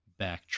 backtrack